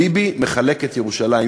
ביבי מחלק את ירושלים.